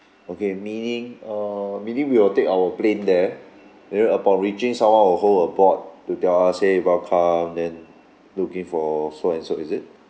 okay meaning err meaning we will take our plane there then upon reaching someone will hold a board to tell us say welcome then looking for so and so is it